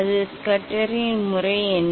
அந்த ஸ்கஸ்டரின் முறை என்ன